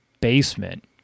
basement